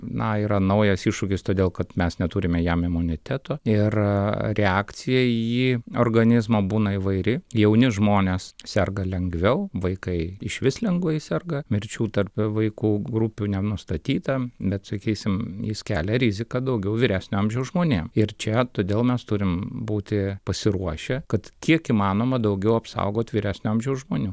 na yra naujas iššūkis todėl kad mes neturime jam imuniteto ir reakcija į jį organizmo būna įvairi jauni žmonės serga lengviau vaikai išvis lengvai serga mirčių tarp vaikų grupių nenustatyta bet sakysim jis kelia riziką daugiau vyresnio amžiaus žmonėm ir čia todėl mes turim būti pasiruošę kad kiek įmanoma daugiau apsaugot vyresnio amžiaus žmonių